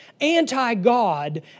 anti-God